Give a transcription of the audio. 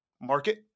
market